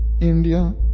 India